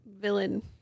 villain